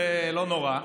זה לא נורא.